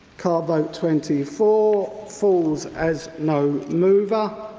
card vote twenty four, falls as no mover.